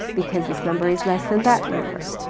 because this number is less than that number.